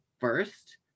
first